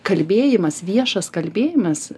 kalbėjimas viešas kalbėjimas